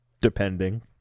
depending